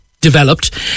developed